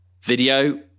Video